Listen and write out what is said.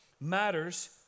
matters